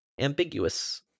ambiguous